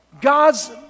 God's